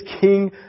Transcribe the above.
king